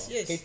Yes